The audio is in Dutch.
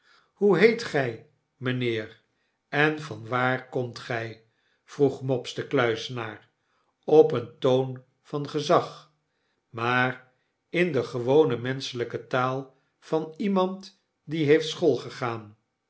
hoe heet gy mynheer en van waar komt gij vroeg mopes de kluizenaar op een toon van gezag maar in de gewone menschelijke taal van iemand die heeft